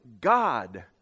God